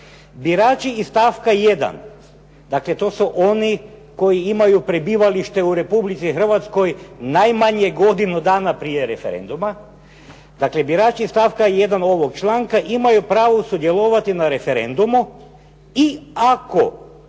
"birači iz stavka 1.", dakle to su oni koji imaju prebivalište u Republici Hrvatskoj najmanje godinu dana prije referenduma, dakle "birači iz stavka 1. ovog članka imaju pravo sudjelovati na referendumu i ako se u vrijeme održavanja